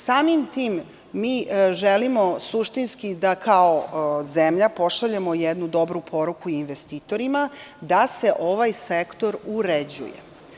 Samim tim želimo da kao zemlja pošaljemo jednu dobru poruku investitorima da se ovaj sektor uređuje.